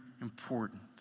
important